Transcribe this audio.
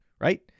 right